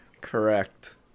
Correct